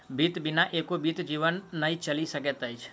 वित्त बिना एको बीत जीवन नै चलि सकैत अछि